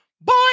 Boy